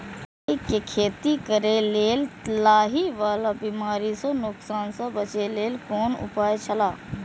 राय के खेती करे के लेल लाहि वाला बिमारी स नुकसान स बचे के लेल कोन उपाय छला?